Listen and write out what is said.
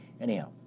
Anyhow